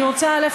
אני רוצה, א.